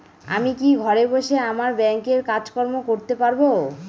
আমি কি ঘরে বসে আমার ব্যাংকের কাজকর্ম করতে পারব?